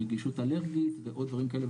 רגישות אלרגית ועוד דברים כאלה,